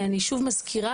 אני שוב מזכירה,